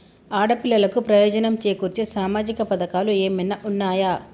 ఆడపిల్లలకు ప్రయోజనం చేకూర్చే సామాజిక పథకాలు ఏమైనా ఉన్నయా?